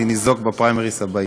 אני ניזוק בפריימריז הבאים.